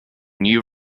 new